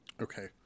okay